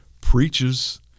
preaches